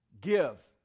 give